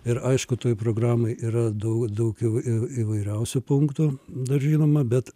ir aišku toj programoj yra daug daugiau ir įvairiausių punktų dar žinoma bet